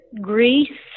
Greece